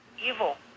evil